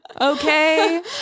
Okay